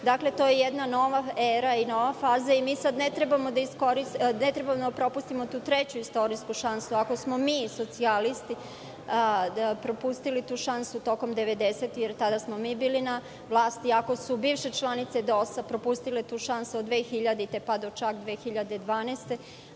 Dakle, to je jedna nova era i nova faza i mi sada ne trebamo da propustimo tu treću istorijsku šansu. Ako smo mi socijalisti propustili tu šansu tokom 90-ih, jer tada smo mi bili na vlasti, ako su bivše članice DOS propustile tu šansu od 2000. pa do čak 2012.